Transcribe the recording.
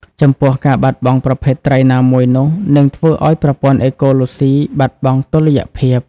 ចំពោះ ការបាត់បង់ប្រភេទត្រីណាមួយនោះ នឹងធ្វើឱ្យប្រព័ន្ធអេកូឡូស៊ីបាត់បង់តុល្យភាព។